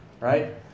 right